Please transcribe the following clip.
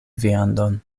viandon